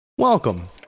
Welcome